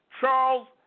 Charles